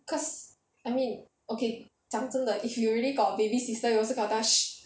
cause I mean okay 讲真的 if you really got a baby sister you also got to tell her